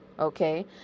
okay